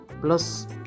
plus